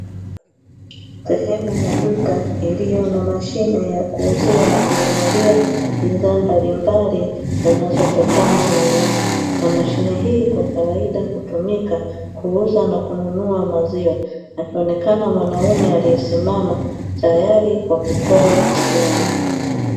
Sehemu ya duka iliyo na mashine ya kuuzia bidhaa mbalimbali zinazotokana na ng'ombe, na mashine hii kawaida hutumika kuuza na kununua maziwa akionekana mwanaume aliyesimama tayari kwa kutoa huduma.